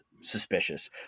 suspicious